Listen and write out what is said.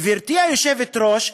גברתי היושבת-ראש,